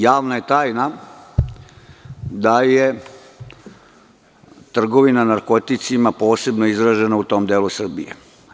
Javna je tajna da je trgovina narkoticima posebno izražena u tom delu Srbije.